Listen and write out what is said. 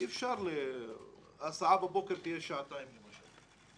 אי אפשר שההסעה בבוקר תיקח שעתיים למשל.